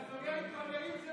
תדבר עם החברים שלך.